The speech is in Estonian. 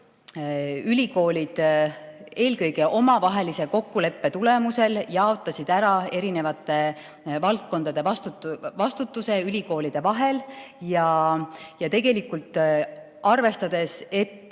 ülikoolid eelkõige omavahelise kokkuleppe tulemusel jaotasid vastutuse erinevate valdkondade eest ülikoolide vahel ära ja tegelikult arvestades, et